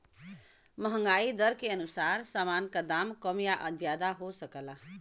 महंगाई दर के अनुसार सामान का दाम कम या ज्यादा हो सकला